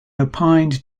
opined